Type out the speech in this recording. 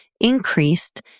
increased